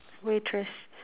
waitress